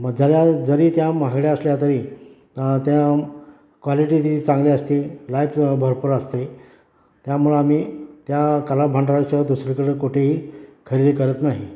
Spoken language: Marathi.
म जऱ्या जरी त्या महागड्या असल्या तरी त्या क्वालिटी ती चांगली असती लाईफ भरपूर असते त्यामुळं आम्ही त्या कला भांडाराच्या दुसरीकडं कुठेही खरेदी करत नाही